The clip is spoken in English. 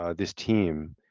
ah this team,